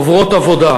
חוברות עבודה,